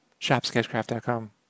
shopsketchcraft.com